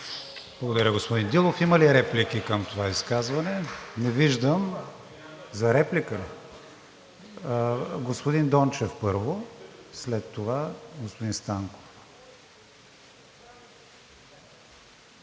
Благодаря, господин Дилов. Има ли реплики към това изказване? Не виждам. За реплика ли? Господин Дончев първо, след това господин Станков.